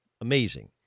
amazing